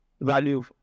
Value